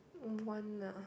one ah